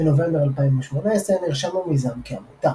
בנובמבר 2018, נרשם המיזם כעמותה.